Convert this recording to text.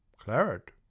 claret